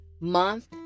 month